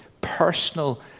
personal